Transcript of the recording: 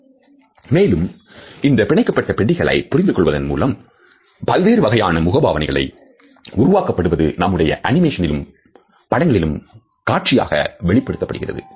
X video மேலும் இந்த பிணைக்கப்பட்ட பெட்டிகளை புரிந்து கொள்வதன் மூலம் பல்வேறு வகையான முக பாவனைகளை உருவாக்கப்படுவது நம்முடைய அனிமேஷன்களிலும் படங்களிலும் காட்சியாக வெளிப்படுத்தப்படுகிறது